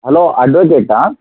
hello அட்வகேட்டா